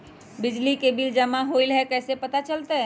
बिजली के बिल जमा होईल ई कैसे पता चलतै?